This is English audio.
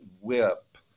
whip